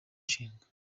nshinga